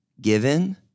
given